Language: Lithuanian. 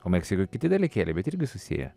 o meksikoj kiti dalykėliai bet irgi susiję